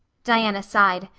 diana sighed.